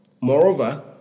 Moreover